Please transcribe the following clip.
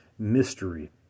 mystery